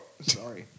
sorry